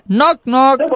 Knock-knock